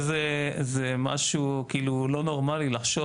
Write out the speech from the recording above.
אני חושב שזה משהו כאילו לא נורמלי לחשוב